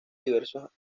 diversos